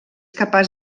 capaç